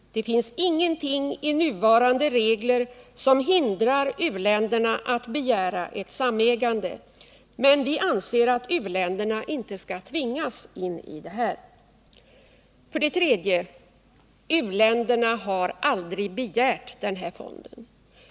Det finns ingenting i nuvarande regler som hindrar u-länderna att begära ett samägande, men vi anser att u-länderna inte skall tvingas in i ett sådant. 3. U-länderna har aldrig begärt denna fond.